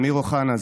אמיר אוחנה,